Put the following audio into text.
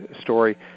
story